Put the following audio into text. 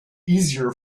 easier